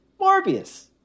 Morbius